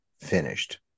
finished